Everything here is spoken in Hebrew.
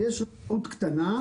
ישנם הרבה מאוד גופים אחרים,